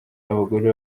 abagore